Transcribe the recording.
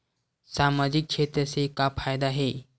सामजिक क्षेत्र से का फ़ायदा हे?